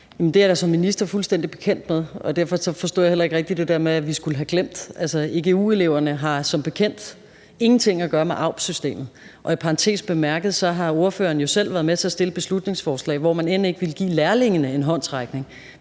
det er jeg da som minister fuldstændig bekendt med, og derfor forstod jeg heller ikke rigtig det der med, at vi skulle have glemt nogen. Egu-eleverne har som bekendt ingenting at gøre med AUB-systemet. I parentes bemærket har ordføreren jo selv været med til at fremsætte et beslutningsforslag, hvor man end ikke ville give lærlingene en håndsrækning;